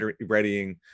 readying